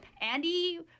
Andy